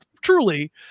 truly